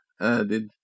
added